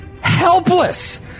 helpless